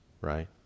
right